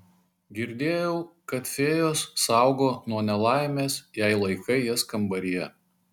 girdėjau kad fėjos saugo nuo nelaimės jei laikai jas kambaryje